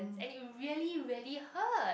any it really really hurt